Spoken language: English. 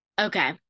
Okay